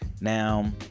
Now